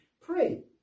pray